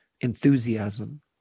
enthusiasm